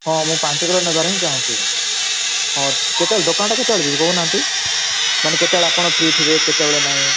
ହଁ ମୁଁ ପାଞ୍ଚ କିଲୋ ନେବାର ହିଁ ଚାହୁଁଛି ହଁ କେତେବେଳେ ଦୋକାନଟା କେତେବେଳେ ଯିବି କହୁନାହାନ୍ତି ମାନେ କେତେବେଳେ ଆପଣ ଫ୍ରୀ ଥିବେ କେତେବେଳେ ନାହିଁ